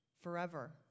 forever